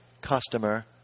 customer